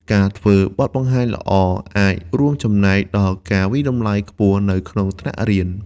ការធ្វើបទបង្ហាញល្អអាចរួមចំណែកដល់ការវាយតម្លៃខ្ពស់នៅក្នុងថ្នាក់រៀន។